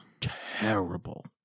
terrible